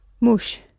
Mush